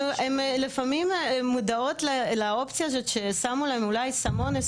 הן לפעמים הן מודעות לאופציה הזאת ששמו להן אולי סם אונס,